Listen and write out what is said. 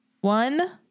one